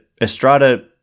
Estrada